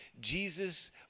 Jesus